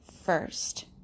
first